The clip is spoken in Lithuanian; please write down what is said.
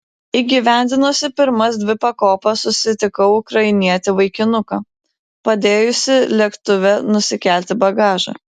įgyvendinusi pirmas dvi pakopas susitikau ukrainietį vaikinuką padėjusį lėktuve nusikelti bagažą